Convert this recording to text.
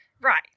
Right